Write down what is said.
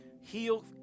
heal